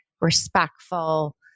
respectful